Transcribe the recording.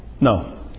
No